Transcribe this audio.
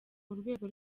urwego